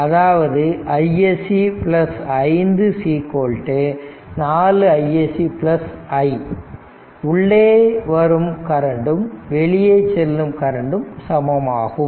அதாவது iSC 5 4 iSC i உள்ளே வரும் கரண்டும் வெளியே செல்லும் கரண்டும் சமமாகும்